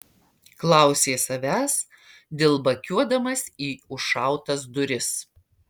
klausė savęs dilbakiuodamas į užšautas duris